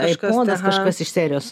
kažkas tas kažkas iš serijos